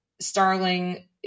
Starling